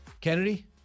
Kennedy